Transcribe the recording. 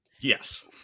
Yes